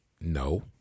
no